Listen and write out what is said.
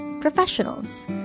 Professionals